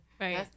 Right